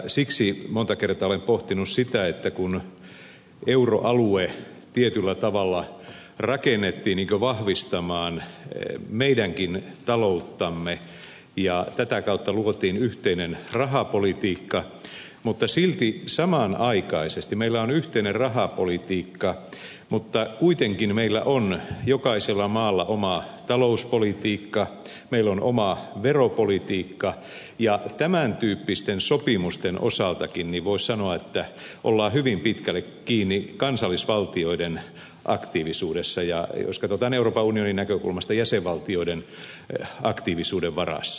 siksi monta kertaa olen pohtinut sitä että kun euroalue tietyllä tavalla rakennettiin niin kuin vahvistamaan meidänkin talouttamme ja tätä kautta luotiin yhteinen rahapolitiikka silti samanaikaisesti meillä on yhteinen rahapolitiikka mutta kuitenkin meillä on jokaisella maalla oma talouspolitiikka meillä on oma veropolitiikka ja tämän tyyppisten sopimusten osaltakin voisi sanoa että ollaan hyvin pitkälle kiinni kansallisvaltioiden aktiivisuudessa ja jos katsotaan euroopan unionin näkökulmasta jäsenvaltioiden aktiivisuuden varassa